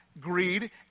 Greed